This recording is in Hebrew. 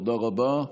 תודה רבה.